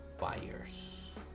buyers